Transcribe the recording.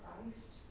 Christ